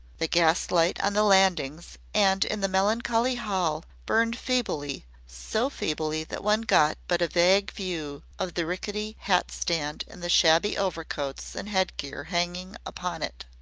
the gas-light on the landings and in the melancholy hall burned feebly so feebly that one got but a vague view of the rickety hat-stand and the shabby overcoats and head-gear hanging upon it.